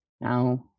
now